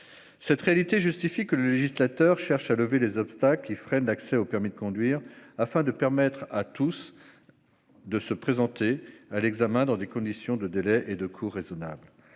Cette réalité justifie que le législateur cherche à lever les obstacles qui freinent l'accès au permis de conduire, afin de permettre à tous les candidats de se présenter à l'examen dans des conditions de délai et de coût raisonnables.